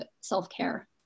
self-care